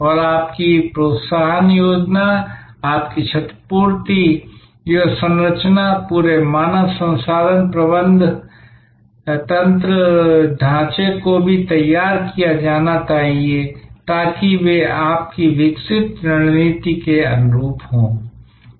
और आपकी प्रोत्साहन संरचना आपकी क्षतिपूर्ति संरचना पूरे मानव संसाधन प्रबंधन ढांचे को भी तैयार किया जाना चाहिए ताकि वे आपकी विकसित रणनीति के अनुरूप हों